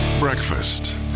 Breakfast